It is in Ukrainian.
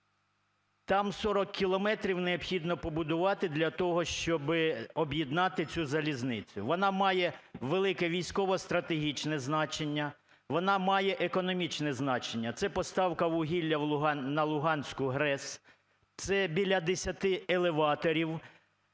Там 40 кілометрів необхідно побудувати для того, щоб об'єднати цю залізницю. Вона має велике військово-стратегічне значення, вона має економічне значення. Це поставка вугілля на Луганську ГРЕС, це біля 10 елеваторів,